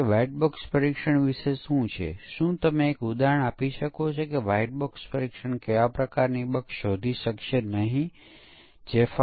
એક black box અભિગમ white box અભિગમ અને ગ્રે બોક્સ અભિગમ છે